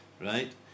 Right